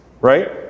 right